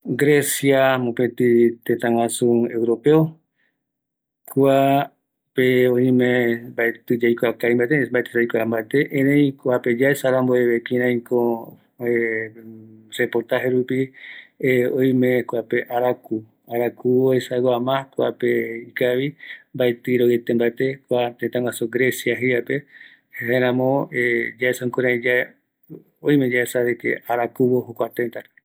Grecia, tëtä guasu, mbaetɨ yaesa mabe, ëreï oïmesagua oï opaete yasi rupi arakuvo, mbaetɨ aikua mbate kïaraïko kua tëtä arañavo, arasape